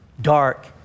dark